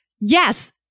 Yes